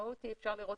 המשמעות היא שאפשר לראות